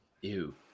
Ew